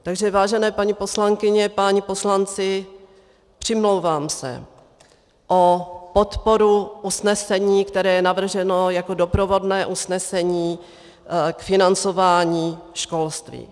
Takže vážené paní poslankyně, páni poslanci, přimlouvám se o podporu usnesení, které je navrženo jako doprovodné usnesení k financování školství.